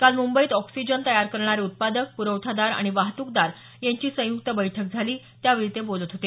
काल मुंबईत ऑक्सिजन तयार करणारे उत्पादक प्रवठादार आणि वाहतुकदार यांची संयुक्त बैठक झाली त्यावेळी ते बोलत होते